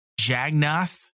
Jagnath